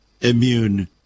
immune